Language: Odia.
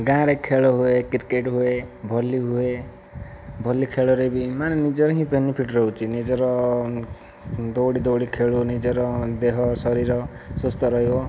ଗାଁରେ ଖେଳ ହୁଏ କ୍ରିକେଟ ହୁଏ ଭଲି ହୁଏ ଭଲି ଖେଳରେ ବି ମାନେ ନିଜର ହିଁ ବେନିଫିଟ ରହୁଚି ନିଜର ଦୌଡ଼ି ଦୌଡ଼ି ଖେଳୁ ନିଜର ଦେହ ଶରୀର ସୁସ୍ଥ ରହିବ